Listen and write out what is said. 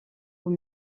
aux